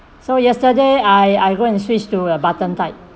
so yesterday I I go and switched to a button type